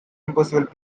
impossible